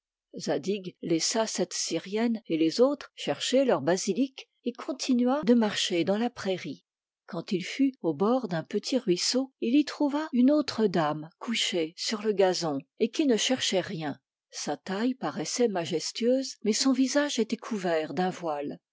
laissa cette syrienne et les autres chercher leur basilic et continua de marcher dans la prairie quand il fut au bord d'un petit ruisseau il y trouva une autre dame couchée sur le gazon et qui ne cherchait rien sa taille paraissait majestueuse mais son visage était couvert d'un voile